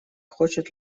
хочет